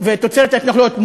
ההתנחלויות ותוצרת ההתנחלויות,